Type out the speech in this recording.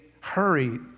hurry